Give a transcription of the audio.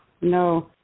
No